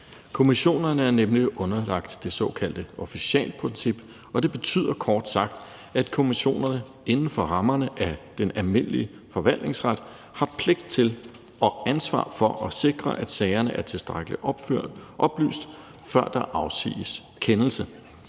Kommissionerne er nemlig underlagt det såkaldte officialprincip, og det betyder kort sagt, at kommissionerne inden for rammerne af den almindelige forvaltningsret har pligt til og ansvar for at sikre, at sagerne er tilstrækkelig oplyst, før der afsiges kendelse.